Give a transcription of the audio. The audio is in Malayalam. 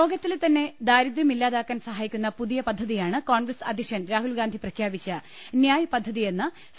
ലോകത്തിലെ തന്നെ ദാരിദ്ര്യം ഇല്ലാതാക്കാൻ സഹായിക്കുന്ന പുതിയ പദ്ധതിയാണ് കോൺഗ്രസ് അധ്യക്ഷൻ രാഹുൽ ഗാന്ധി പ്രഖ്യാപിച്ച ന്യായ് പദ്ധതിയെന്ന് സി